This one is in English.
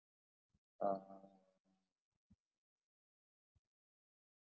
uh